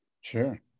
Sure